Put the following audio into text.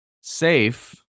safe